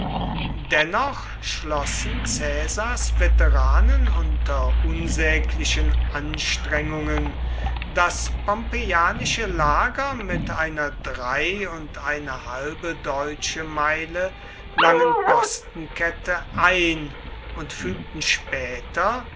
dennoch schlossen caesars veteranen unter unsäglichen anstrengungen das pompeianische lager mit einer drei und eine halbe deutsche meile langen postenkette ein und fügten später